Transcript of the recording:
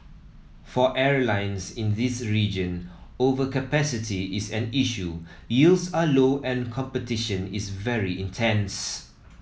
for airlines in this region overcapacity is an issue yields are low and competition is very intense